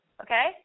Okay